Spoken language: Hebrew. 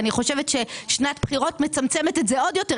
אני חושבת ששנת בחירות מצמצמת את זה עוד יותר,